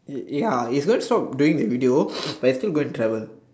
ya he's going to stop doing the video but he's still going to travel